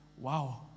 wow